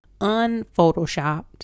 unphotoshopped